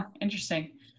Interesting